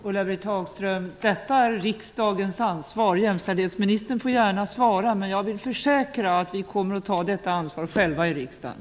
Detta är riksdagens ansvar, Ulla-Britt Hagström. Jämställdhetsministern får gärna svara, men jag vill försäkra Ulla-Britt Hagström om att vi själva kommer att ta detta ansvar i riksdagen.